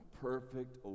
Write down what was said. perfect